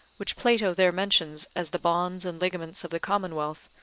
which plato there mentions as the bonds and ligaments of the commonwealth,